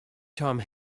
time